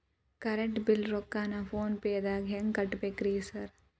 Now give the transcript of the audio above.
Current bill ರೊಕ್ಕಾನ phone ಪೇದಾಗ ಹೆಂಗ್ ಕಟ್ಟಬೇಕ್ರಿ ಸರ್?